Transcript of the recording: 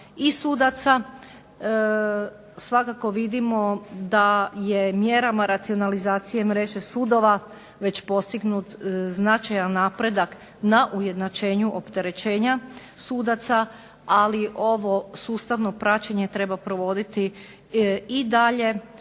i sudaca. Svakako vidimo da je mjerama racionalizacije mreže sudova već postignut značajan napredak na ujednačenju opterećenja sudaca, ali ovo sustavno praćenje treba provoditi i dalje